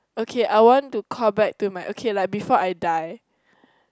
okay I want to call back to my okay like before I die